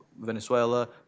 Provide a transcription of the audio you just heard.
Venezuela